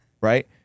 Right